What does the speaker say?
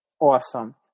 Awesome